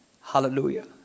Hallelujah